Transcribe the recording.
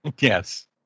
yes